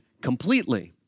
completely